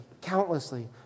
countlessly